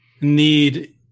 need